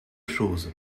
chose